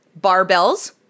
barbells